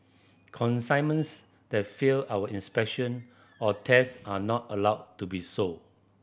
consignments that fail our inspection or tests are not allowed to be sold